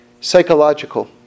psychological